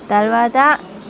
తర్వాత